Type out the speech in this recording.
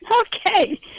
Okay